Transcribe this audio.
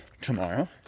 tomorrow